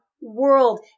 world